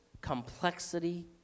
complexity